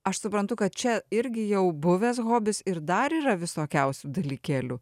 aš suprantu kad čia irgi jau buvęs hobis ir dar yra visokiausių dalykėlių